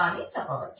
అని చెప్పవచ్చు